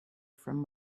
from